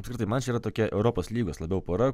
apskritai man čia yra tokia europos lygos labiau pora